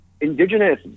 Indigenous